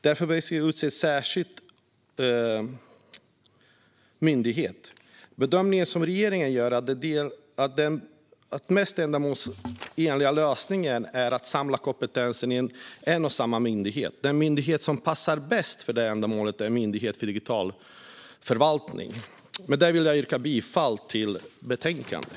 Därför behöver vi utse en särskild myndighet. Regeringen gör bedömningen att den mest ändamålsenliga lösningen är att samla kompetensen i en och samma myndighet. Den myndighet som passar bäst för det ändamålet är Myndigheten för digital förvaltning. Med detta vill jag yrka bifall till utskottets förslag i betänkandet.